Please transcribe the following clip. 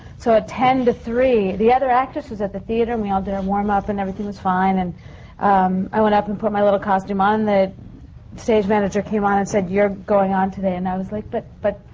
so at ten to three, the other actress was at the theatre and we all did our warmup and everything was fine. and i went up and put my little costume on and the stage manager came on and said, you'r e going on today. and i was like, but but.